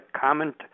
comment